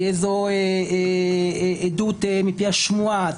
תהיה זו עדות מפי השמועה,